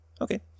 Okay